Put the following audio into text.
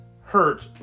hurt